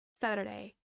Saturday